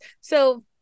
So-